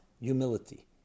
humility